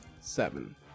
Seven